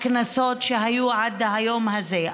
הכנסות, שהיו עד היום הזה.